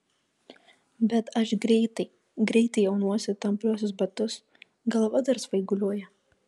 bet aš greitai greitai aunuosi tampriuosius batus galva dar svaiguliuoja